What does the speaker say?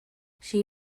she